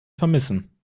vermissen